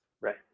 Right